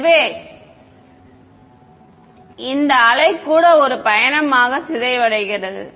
எனவே இந்த அலை கூட ஒரு பயணமாக சிதைவடைகிறது